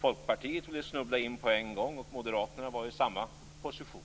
Folkpartiet ville snubbla in på en gång, och Moderaterna hade samma position.